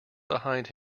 behind